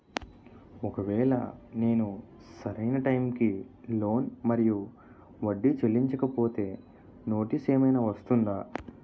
ఒకవేళ నేను సరి అయినా టైం కి లోన్ మరియు వడ్డీ చెల్లించకపోతే నోటీసు ఏమైనా వస్తుందా?